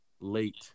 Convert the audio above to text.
Late